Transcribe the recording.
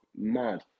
mad